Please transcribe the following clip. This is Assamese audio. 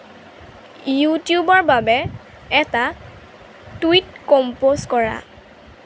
ইউটিউবৰ বাবে এটা টুইট কম্প'জ কৰা